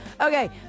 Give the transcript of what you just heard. Okay